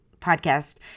podcast